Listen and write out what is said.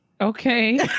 Okay